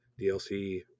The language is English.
DLC